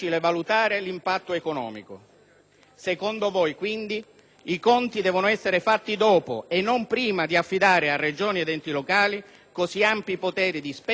i conti devono essere fatti dopo e non prima di affidare a Regioni ed enti locali così ampi poteri di spendere e di tassare. Secondo noi è pura follia.